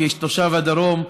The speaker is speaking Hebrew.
כתושב הדרום,